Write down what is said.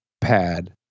pad